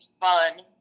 fun